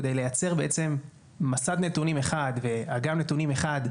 כדי לייצר מסד נתונים אחד ואגם נתונים אחד,